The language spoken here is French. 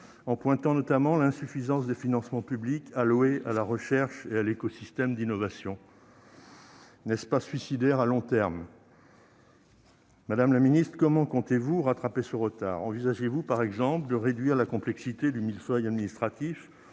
en mettant notamment en avant l'insuffisance des financements publics alloués à la recherche et à l'écosystème d'innovations. N'est-ce pas suicidaire à long terme ? Madame la ministre, comment comptez-vous rattraper ce retard ? Envisagez-vous, par exemple, de réduire la complexité du millefeuille administratif,